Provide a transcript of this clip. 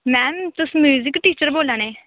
ma'am तुस music teacher बोल्ला ने